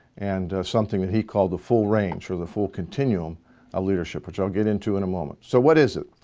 and something that he called the full range or the full continuum of ah leadership, which i'll get into in a moment. so what is it?